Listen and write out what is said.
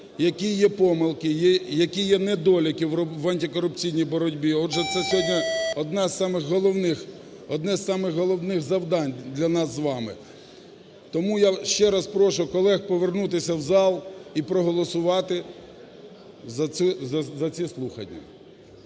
Які є помилки, які є недоліки в антикорупційній боротьбі. Отже, це сьогодні одне з самих головних завдань для нас з вами. Тому я ще раз прошу колег повернутися в зал і проголосувати за ці слухання.